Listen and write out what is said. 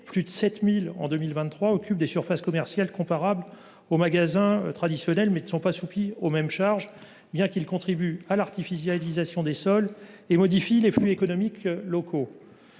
plus de 7 000 en 2023 –, occupent des surfaces commerciales comparables aux magasins traditionnels, mais ne sont pas soumis aux mêmes charges, bien qu’ils contribuent à l’artificialisation des sols et modifient les flux économiques locaux.